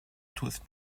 toothed